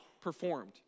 performed